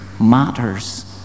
matters